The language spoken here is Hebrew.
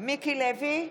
מיקי לוי,